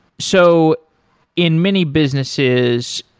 so in many businesses,